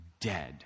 dead